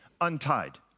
untied